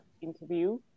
interview